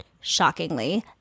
shockingly